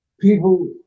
people